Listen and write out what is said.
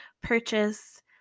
purchase